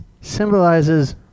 symbolizes